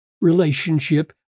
relationship